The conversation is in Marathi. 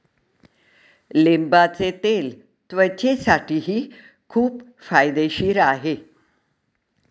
लिंबाचे तेल त्वचेसाठीही खूप फायदेशीर आहे